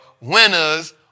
Winners